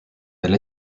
elle